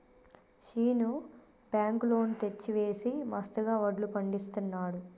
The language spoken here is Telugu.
శీను బ్యాంకు లోన్ తెచ్చి వేసి మస్తుగా వడ్లు పండిస్తున్నాడు